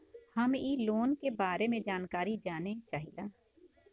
हम इ लोन के बारे मे जानकारी जाने चाहीला?